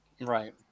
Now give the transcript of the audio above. Right